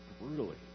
brutally